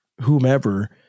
whomever